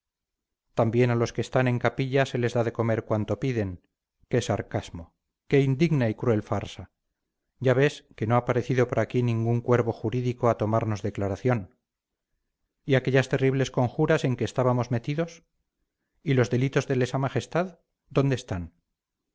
también a los que están en capilla se les da de comer cuanto piden qué sarcasmo qué indigna y cruel farsa ya ves que no ha parecido por aquí ningún cuervo jurídico a tomarnos declaración y aquellas terribles conjuras en que estábamos metidos y los delitos de lesa majestad dónde están